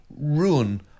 ruin